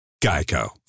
GEICO